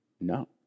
no